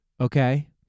Okay